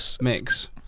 mix